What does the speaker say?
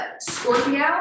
Scorpio